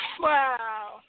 Wow